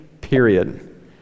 period